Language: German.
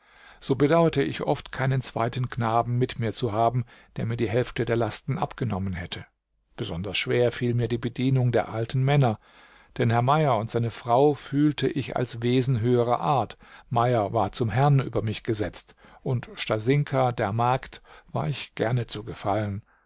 so bedauerte ich oft keinen zweiten knaben mit mir zu haben der mir die hälfte der lasten abgenommen hätte besonders schwer fiel mir die bedienung der alten männer denn herr mayer und seine frau fühlte ich als wesen höherer art mayer war zum herrn über mich gesetzt und stasinka der magd war ich gerne zu gefallen